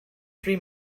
three